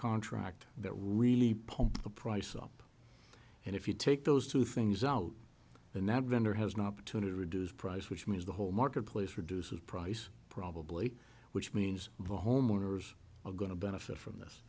contract that really pump the price up and if you take those two things out and that vendor has not to reduce price which means the whole marketplace reduces price probably which means the homeowners are going to benefit from this